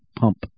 pump